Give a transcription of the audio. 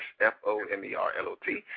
F-O-M-E-R-L-O-T